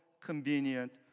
convenient